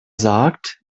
sagt